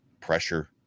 Pressure